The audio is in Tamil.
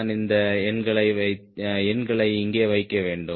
நான் இந்த எண்களை இங்கே வைக்க வேண்டும்